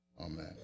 Amen